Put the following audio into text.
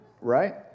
right